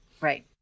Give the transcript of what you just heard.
Right